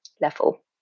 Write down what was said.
level